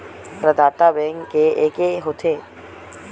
प्रदाता बैंक के एके होथे?